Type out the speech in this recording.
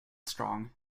strong